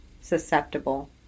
susceptible